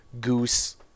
goose